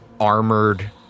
armored